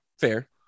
fair